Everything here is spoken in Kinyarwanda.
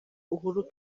uhuru